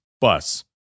bus